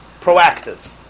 Proactive